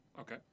Okay